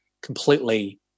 completely